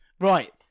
right